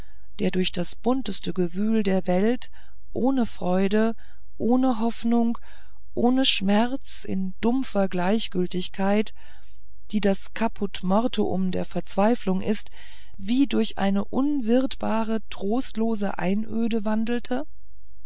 der durch das bunteste gewühl der welt ohne freude ohne hoffnung ohne schmerz in dumpfer gleichgültigkeit die das caput mortuum der verzweiflung ist wie durch eine unwirtbare trostlose einöde wandelte